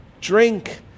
drink